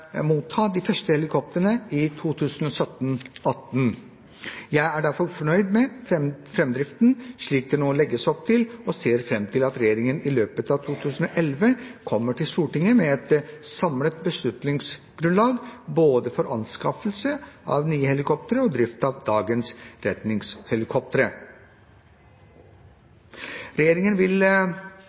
motta de første helikoptrene i 2017/2018. Jeg er derfor fornøyd med framdriften slik det nå legges opp til, og ser fram til at regjeringen i løpet av 2011 kommer til Stortinget med et samlet beslutningsgrunnlag for både anskaffelse av nye helikoptre og drift av dagens redningshelikoptre. Regjeringen vil